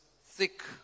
thick